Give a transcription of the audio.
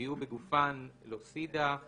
ויהיו בגופןLucida Sans